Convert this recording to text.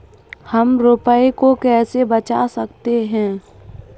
हम रुपये को कैसे बचा सकते हैं?